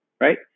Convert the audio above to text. right